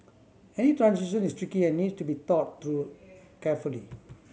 any transition is tricky and needs to be thought through carefully